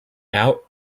out